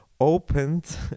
Opened